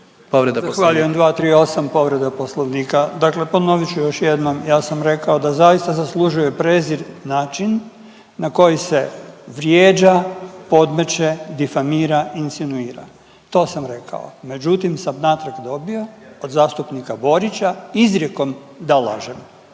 Zahvaljujem. 238. poslovnika, dakle ponovit ću još jednom, ja sam rekao da zaista zaslužuje prezir način na koji se vrijeđa, podmeće, difamira i insinuira, to sam rekao. Međutim sam natrag dobio od zastupnika Borić izrijekom da lažem.